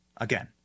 Again